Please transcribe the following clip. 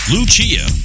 Lucia